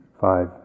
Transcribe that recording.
five